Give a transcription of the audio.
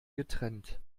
getrennt